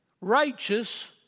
righteous